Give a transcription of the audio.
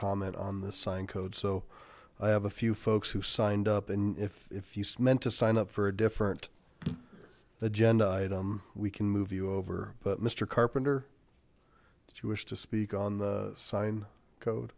comment on the sign code so i have a few folks who signed up and if if you meant to sign up for a different agenda item we can move you over but mr carpenter if you wish to speak on the sign code